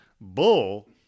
bull